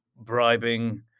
bribing